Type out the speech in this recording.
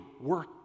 work